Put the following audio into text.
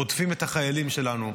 רודפים את החיילים שלנו.